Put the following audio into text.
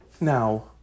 Now